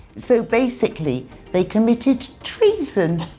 so basically they committed treason.